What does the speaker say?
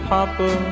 Papa